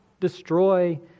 destroy